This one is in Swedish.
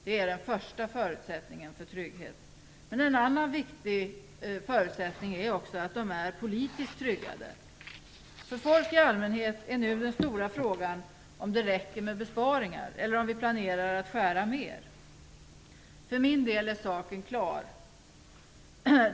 Det är den första förutsättningen för trygghet. Men en annan viktig förutsättning är att de är politiskt tryggade. För folk i allmänhet är den stora frågan nu om det räcker med besparingar eller om vi planerar att skära ned mer. För min del är saken klar.